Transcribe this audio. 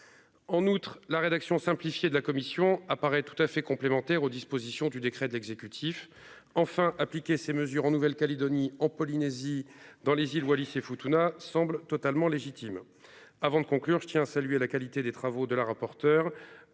en outre la rédaction simplifiée de la commission apparaît tout à fait complémentaires aux dispositions du décret de l'exécutif enfin appliquer ces mesures en Nouvelle-Calédonie, en Polynésie dans les îles Wallis et Futuna, semble totalement légitime, avant de conclure : je tiens à saluer la qualité des travaux de la rapporteure